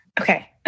Okay